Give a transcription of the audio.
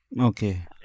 Okay